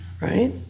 right